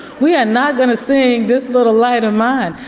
we are not gonna sing this little light of mine.